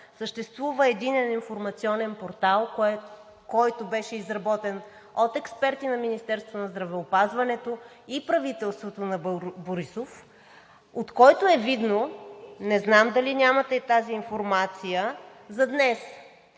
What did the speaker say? съществува Единен информационен портал, който беше изработен от експерти на Министерството на здравеопазването и правителството на Борисов, от който е видно – не знам дали нямате тази информация за днес,